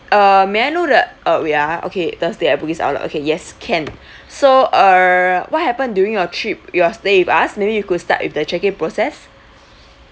err may I know the uh wait ah okay thursday at bugis outlet okay yes can so err what happened during your trip your stay with us maybe you could start with the check in process